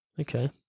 Okay